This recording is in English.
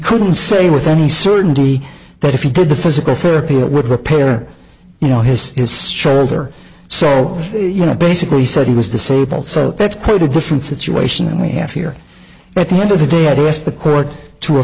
couldn't say with any certainty that if you did the physical therapy it would repair you know his is stronger so you know basically said he was disabled so that's quite a different situation and we have here at the end of the day address the court to